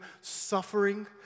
suffering